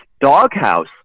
doghouse